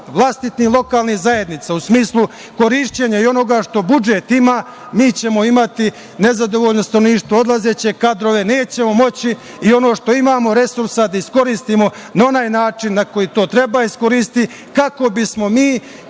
vlastitih lokalnih zajednica u smislu korišćenja i onoga što budžet ima, mi ćemo imati nezadovoljno stanovništvo, odlazeće kadrove, nećemo moći i ono što imamo resursa da iskoristimo na onaj način na koji to treba iskoristiti kako bismo mi